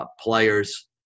players